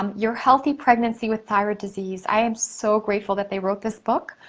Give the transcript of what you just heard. um your healthy pregnancy with thyroid disease. i am so grateful that they wrote this book.